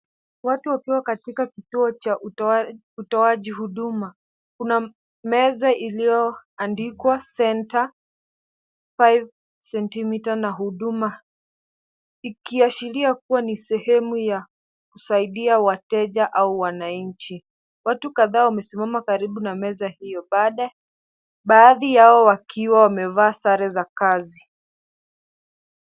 Watu wakiwa katika kituo cha utoaji huduma. Kuna meza iliyoandikwa center five centimeter na huduma. Ikiashiria kuwa ni sehemu ya kusaidia wateja au wananchi. Watu kadhaa wamesimama karibu na meza hiyo, baadhi yao wakiwa wamevaa sare za kazi.